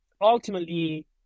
ultimately